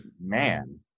man